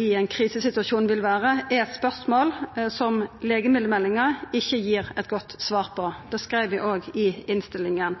i ein krisesituasjon vil vera, er eit spørsmål som legemiddelmeldinga ikkje gir eit godt svar på. Det skreiv vi òg i innstillinga.